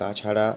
তাছাড়া